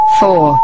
four